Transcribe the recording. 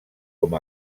com